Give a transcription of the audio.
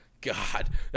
God